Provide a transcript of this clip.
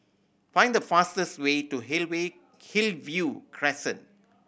find the fastest way to Hillview Crescent